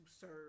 serve